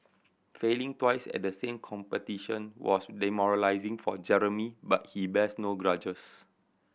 failing twice at the same competition was demoralising for Jeremy but he bears no grudges